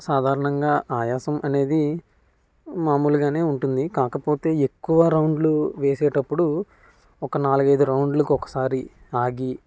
సాధారణంగా ఆయాసం అనేది మామూలుగా ఉంటుంది కాకపోతే ఎక్కువ రౌండ్లు వేసేటప్పుడు ఒక నాలుగైదు రౌండ్లకు ఒకసారి ఆగి